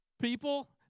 people